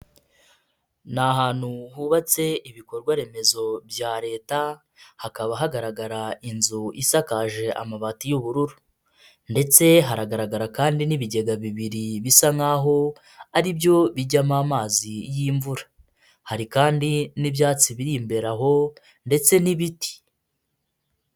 Ni ahantu hubatse ibikorwa remezo bya leta, hakaba hagaragara inzu isakaje amabati y'ubururu, ndetse haragaragara kandi n'ibigega bibiri bisa nk'aho ari byo bijyamo amazi y'imvura. Hari kandi n'ibyatsi biri imbere aho ndetse n'ibiti.